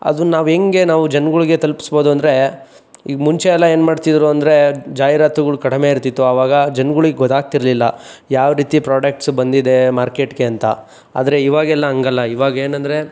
ಅದನ್ನ ನಾವು ಹೆಂಗೆ ನಾವು ಜನ್ಗಳ್ಗೆ ತಲುಪಿಸ್ಬೋದು ಅಂದರೆ ಈಗ್ ಮುಂಚೆಯೆಲ್ಲ ಏನು ಮಾಡ್ತಿದ್ರು ಅಂದರೆ ಜಾಹೀರಾತುಗಳು ಕಡಿಮೆ ಇರ್ತಿತ್ತು ಆವಾಗ ಜನ್ಗುಳಿಗೆ ಗೊತಾಗ್ತಿರಲಿಲ್ಲ ಯಾವ ರೀತಿ ಪ್ರೊಡಕ್ಟ್ಸ್ ಬಂದಿದೆ ಮಾರ್ಕೆಟ್ಗೆ ಅಂತ ಆದರೆ ಇವಾಗೆಲ್ಲ ಹಂಗಲ್ಲ ಇವಾಗ ಏನಂದರೆ